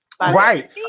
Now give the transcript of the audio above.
Right